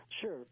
Sure